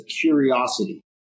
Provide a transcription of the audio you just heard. curiosity